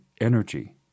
energy